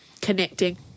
connecting